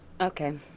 Okay